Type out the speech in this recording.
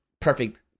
perfect